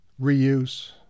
reuse